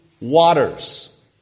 waters